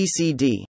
PCD